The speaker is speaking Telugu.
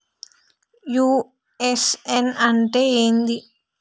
యు.ఎ.ఎన్ అంటే ఏంది?